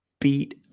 beat